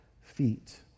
feet